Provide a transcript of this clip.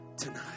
tonight